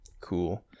cool